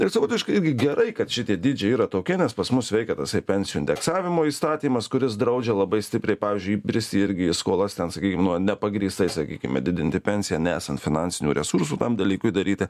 ir savotiškai irgi gerai kad šitie dydžiai yra tokie nes pas mus veikia tasai pensijų indeksavimo įstatymas kuris draudžia labai stipriai pavyzdžiui bristi į irgi skolas ten sakykime nuo nepagrįstai sakykime didinti pensiją nesant finansinių resursų tam dalykui daryti